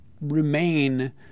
remain